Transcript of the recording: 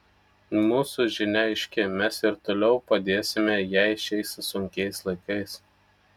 mūsų žinia aiški mes ir toliau padėsime jai šiais sunkiais laikais